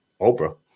Oprah